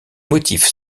motifs